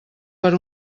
per